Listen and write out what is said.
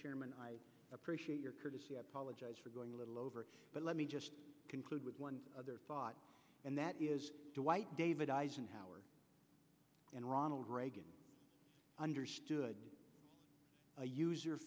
chairman i appreciate your courtesy apologize for going a little over but let me just conclude with one thought and that is dwight david eisenhower and ronald reagan understood a user